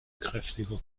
kräftiger